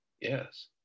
Yes